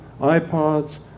iPods